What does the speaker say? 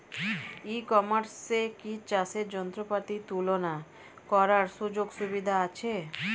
ই কমার্সে কি চাষের যন্ত্রপাতি তুলনা করার সুযোগ সুবিধা আছে?